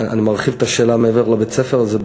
ואני מרחיב את השאלה מעבר לבית-הספר הזה,